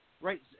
right